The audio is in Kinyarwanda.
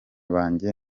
banjye